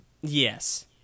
Yes